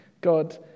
God